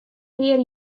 pear